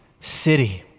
city